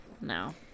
No